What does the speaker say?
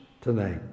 tonight